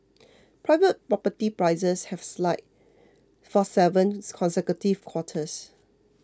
private property prices have slide for seven consecutive quarters